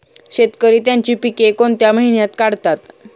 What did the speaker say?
शेतकरी त्यांची पीके कोणत्या महिन्यात काढतात?